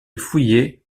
fouillé